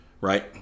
Right